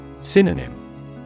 Synonym